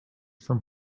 from